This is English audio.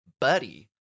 buddy